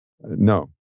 No